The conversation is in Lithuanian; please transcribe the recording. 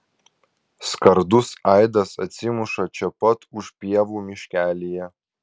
skardus aidas atsimuša čia pat už pievų miškelyje